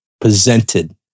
presented